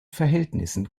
verhältnissen